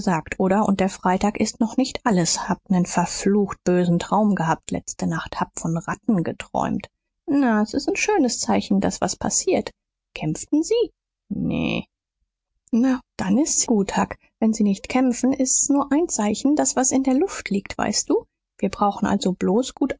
oder und der freitag ist noch nicht alles hab nen verflucht bösen traum gehabt letzte nacht hab von ratten geträumt na ist n schönes zeichen daß was passiert kämpften sie nee na dann ist's gut huck wenn sie nicht kämpfen ist's nur ein zeichen daß was in der luft liegt weißt du wir brauchen also bloß